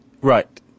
Right